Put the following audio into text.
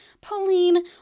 Pauline